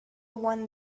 one